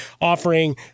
offering